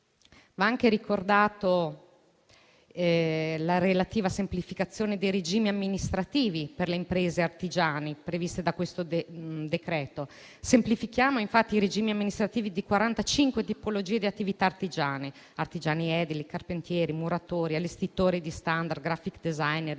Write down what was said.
Va anche ricordata la relativa semplificazione dei regimi amministrativi per le imprese artigiane, prevista da questo decreto-legge. Semplifichiamo infatti i regimi amministrativi di 45 tipologie di attività artigiane: artigiani edili, carpentieri, muratori, allestitori di *stand*, *graphic designer*,